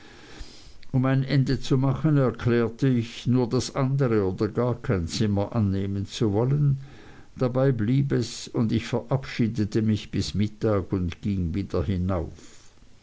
um ein ende zu machen erklärte ich nur das andere oder gar kein zimmer annehmen zu wollen dabei blieb es und ich verabschiedete mich bis mittag und ging wieder hinauf